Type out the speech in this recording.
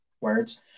Words